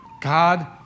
God